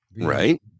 Right